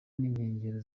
n’inkengero